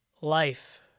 life